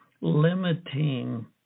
limiting